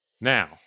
Now